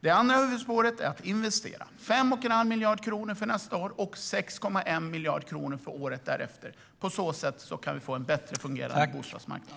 Det andra huvudspåret är att investera - 5,5 miljarder kronor nästa år och 6,1 miljarder kronor året därefter. På så sätt kan vi få en bättre fungerande bostadsmarknad.